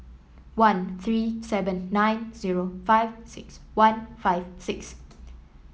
one three seven nine zero five six one five six